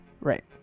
Right